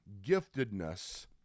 giftedness